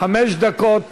חמש דקות,